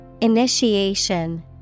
Initiation